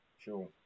Sure